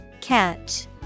Catch